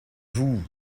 vous